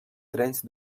trens